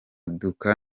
duka